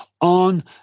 on